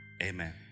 Amen